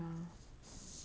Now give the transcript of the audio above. mm